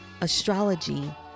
astrology